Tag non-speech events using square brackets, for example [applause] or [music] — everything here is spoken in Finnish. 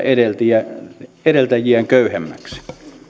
[unintelligible] edeltäjiään edeltäjiään köyhemmäksi